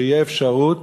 שתהיה אפשרות